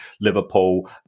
Liverpool